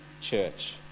church